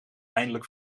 eindelijk